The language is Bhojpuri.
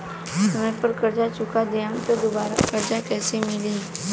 समय पर कर्जा चुका दहम त दुबाराकर्जा कइसे मिली?